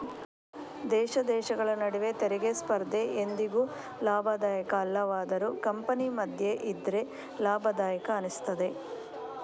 ದೇಶ ದೇಶಗಳ ನಡುವೆ ತೆರಿಗೆ ಸ್ಪರ್ಧೆ ಎಂದಿಗೂ ಲಾಭದಾಯಕ ಅಲ್ಲವಾದರೂ ಕಂಪನಿ ಮಧ್ಯ ಇದ್ರೆ ಲಾಭದಾಯಕ ಅನಿಸ್ತದೆ